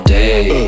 day